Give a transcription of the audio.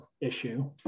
issue